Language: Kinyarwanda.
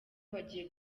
bagiye